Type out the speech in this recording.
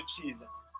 Jesus